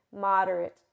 moderate